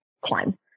climb